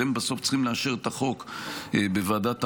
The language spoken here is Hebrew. אתם בסוף צריכים לאשר את החוק בוועדת החוקה.